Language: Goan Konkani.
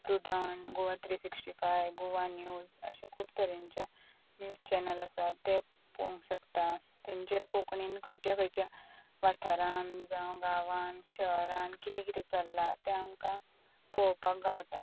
prudent Goa three sixty five Goa news अशें खूब तरेंचे न्यूज चॅनल आसात ते पळोवंक शकता तेंचेर कोंकणीन खंयच्या खंयच्या वाठारान जावं गांवान शहरान कितें कितें चल्ला तें आमकां पळोवपाक गावता